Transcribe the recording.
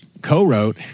co-wrote